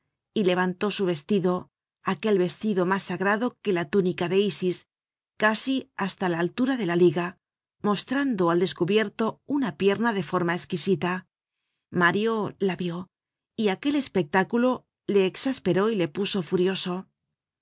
y levantó su vestido aquel vestido mas sagrado que la túnica de isis casi hasta la altura de la liga mostrando al descubierto una pierna de forma esquisita mario la vió y aquel espectáculo le exasperó y le puso furioso